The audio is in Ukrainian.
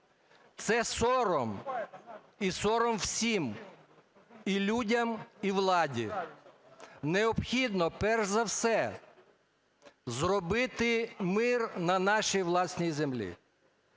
Це сором! І сором всім – і людям, і владі. Необхідно, перш за все, зробити мир на нашій власній землі.